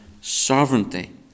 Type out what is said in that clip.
sovereignty